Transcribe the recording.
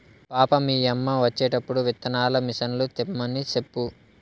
పాపా, మీ యమ్మ వచ్చేటప్పుడు విత్తనాల మిసన్లు తెమ్మని సెప్పు